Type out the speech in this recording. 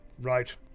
Right